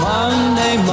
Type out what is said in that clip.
Monday